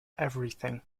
everything